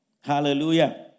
Hallelujah